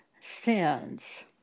sins